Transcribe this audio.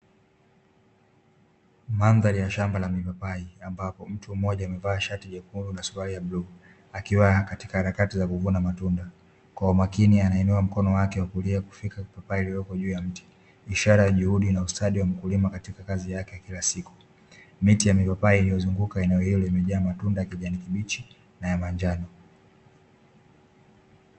Mandhari ya shamba la mipapai huku moja akiwa amevaa fulana nyekundu suruali la bluu akiwa katika harakati za kuvuna matunda kwa umakini anainua mkono wake wakulia kufikia papai ishara ya juhudi za mkulima katika harakati za kila siku; miti ya mipapai iliozunguka eneo hilo limejaa matunda yaliyo ya kijani kibichi na ya manjano.